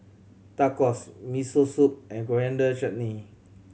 Tacos Miso Soup and Coriander Chutney